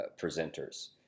presenters